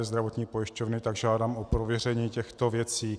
Zdravotní pojišťovny, tak žádám o prověření těchto věcí.